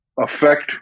affect